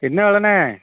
என்ன வேலைண்ணே